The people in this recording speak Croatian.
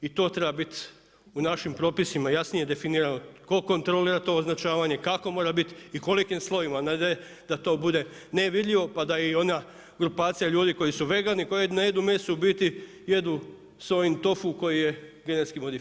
I to treba biti u našim propisima jasnije definirano tko kontrolira to označavanje, kako mora biti i kolikim slovima a ne da to bude nevidljivo pa da i ona grupacija ljudi koji su vegani koji ne jedu meso u biti jedu sojin tofu koji je GMO.